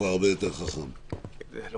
זה